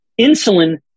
Insulin